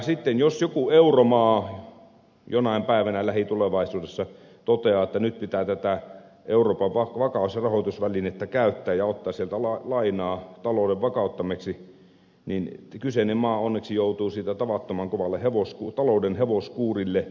sitten jos joku euromaa jonain päivänä lähitulevaisuudessa toteaa että nyt pitää tätä euroopan vakaus ja rahoitusvälinettä käyttää ja ottaa sieltä lainaa talouden vakauttamiseksi kyseinen maa onneksi joutuu siitä tavattoman kovalle talouden hevoskuurille